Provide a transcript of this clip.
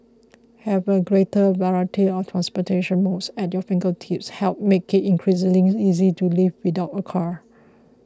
having a greater variety of transportation modes at your fingertips helps make it increasingly easy to live without a car